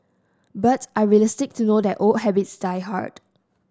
but are realistic to know that old habits die hard